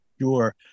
Sure